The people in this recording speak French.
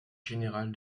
général